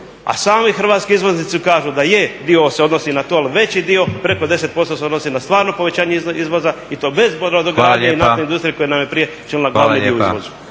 a sami hrvatski izvoznici kažu da je dio se odnosi na to ali veći dio preko 10% se odnosi na stvarno povećanje izvoza i to bez brodogradnje i naftne industrije koja nam je prije čila glavni dio u izvozu.